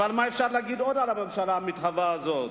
מה אפשר להגיד עוד על הממשלה המתהווה הזאת?